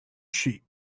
sheep